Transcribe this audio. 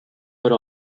were